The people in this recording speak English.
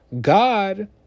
God